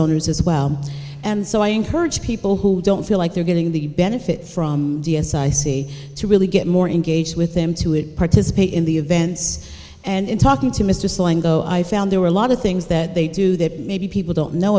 owners as well and so i encourage people who don't feel like they're getting the benefit from d s i say to really get more engaged with them to it participate in the events and in talking to mr so and go i found there were a lot of things that they do that maybe people don't know